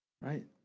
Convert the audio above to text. Right